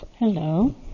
Hello